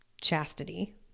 chastity